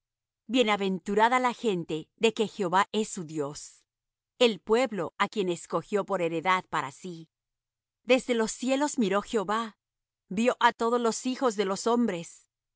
bienaventurada la gente de que jehová es su dios el pueblo á quien escogió por heredad para sí desde los cielos miró jehová vió á todos los hijos de los hombres